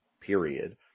period